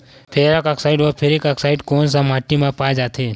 Ferrous oxide व ferric oxide कोन सा माटी म पाय जाथे?